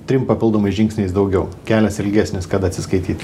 trim papildomais žingsniais daugiau kelias ilgesnis kad atsiskaityt